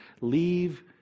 leave